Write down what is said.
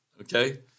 Okay